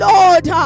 Lord